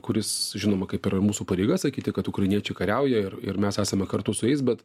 kuris žinoma kaip ir mūsų pareiga sakyti kad ukrainiečiai kariauja ir ir mes esame kartu su jais bet